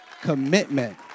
commitment